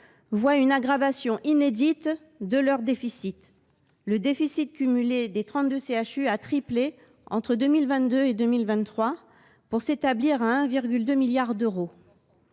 constatent une aggravation inédite de leur déficit. Le déficit cumulé des 32 CHU a triplé entre 2022 et 2023, pour s’établir à 1,2 milliard d’euros.